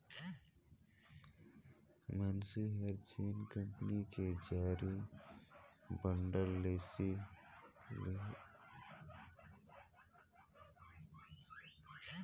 मइनसे हर जेन कंपनी के जारी बांड ल लेहिसे अउ कोनो कारन ले ओ कंपनी हर नुकसान मे चल देहि त गय गा